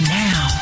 now